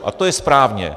A to je správně.